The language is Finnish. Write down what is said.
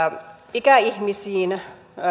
ikäihmisiin